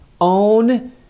own